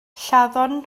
lladdon